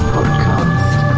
Podcast